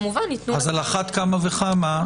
אז על אחת כמה וכמה,